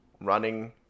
running